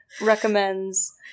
recommends